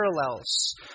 parallels